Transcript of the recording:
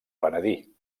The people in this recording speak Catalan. penedir